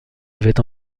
avait